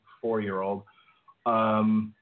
four-year-old